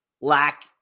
lack